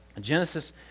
Genesis